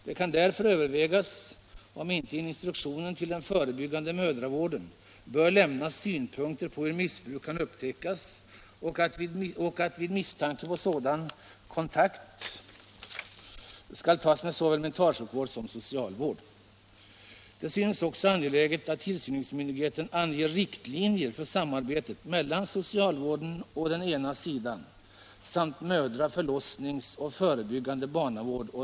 Det kan därför övervägas om det inte i instruktionen till den förebyggande mödravården bör lämnas synpunkter på hur missbruk kan upptäckas och om man inte vid misstanke om sådant missbruk skall ta kontakt med såväl mentalsjukvård som socialvård.